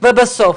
בסוף,